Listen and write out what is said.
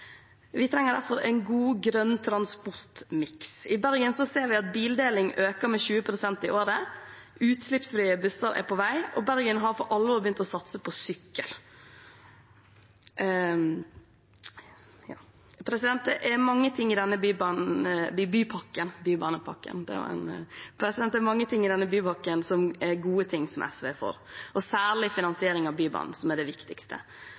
Vi trenger derfor en god, grønn transportmiks. I Bergen ser vi at bildeling øker med 20 pst. i året, utslippsfrie busser er på vei, og Bergen har for alvor begynt å satse på sykkel. Det er mange ting i denne bypakken som er gode ting som SV er for, særlig finansiering av Bybanen, som er det viktigste. Men den eneste måten å få mindre biltrafikk på, er